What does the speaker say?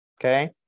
okay